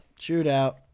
Shootout